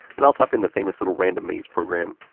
and i'll type in the famous little random maze program.